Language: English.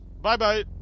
Bye-bye